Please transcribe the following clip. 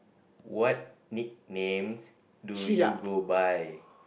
what nicknames do you go by